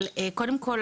אז קודם כל,